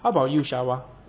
how about you shower